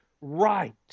right